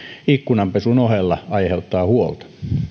ikkunanpesun ohella aiheuttaa huolta